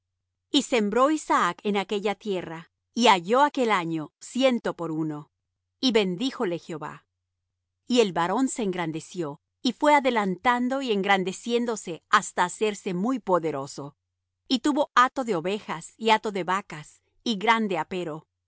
y sembró isaac en aquella tierra y halló aquel año ciento por uno y bendíjole jehová y el varón se engrandeció y fué adelantando y engrandeciéndose hasta hacerse muy poderoso y tuvo hato de ovejas y hato de vacas y grande apero